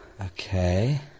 Okay